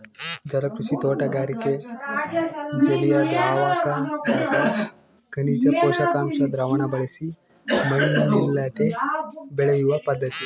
ಜಲಕೃಷಿ ತೋಟಗಾರಿಕೆ ಜಲಿಯದ್ರಾವಕದಗ ಖನಿಜ ಪೋಷಕಾಂಶ ದ್ರಾವಣ ಬಳಸಿ ಮಣ್ಣಿಲ್ಲದೆ ಬೆಳೆಯುವ ಪದ್ಧತಿ